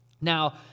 Now